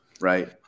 right